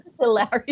Hilarious